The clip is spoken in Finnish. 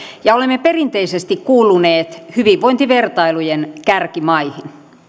ja olemme perinteisesti kuuluneet hyvinvointivertailujen kärkimaihin